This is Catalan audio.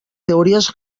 teories